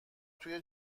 توی